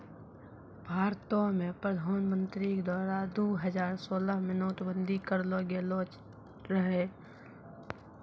भारतो मे प्रधानमन्त्री के द्वारा दु हजार सोलह मे नोट बंदी करलो गेलो रहै